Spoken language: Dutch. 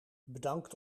bedankt